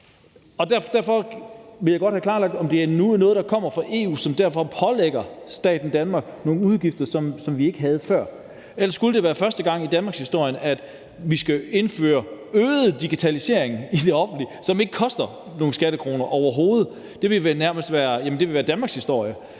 derfor vil jeg godt have klarlagt, om det er noget, som kommer fra EU, og som derfor pålægger staten Danmark nogle udgifter, som vi ikke havde før. Ellers skulle det være første gang i danmarkshistorien, vi skal indføre mere digitalisering i det offentlige, som overhovedet ikke koster nogen skattekroner. Det vil være danmarkshistorie.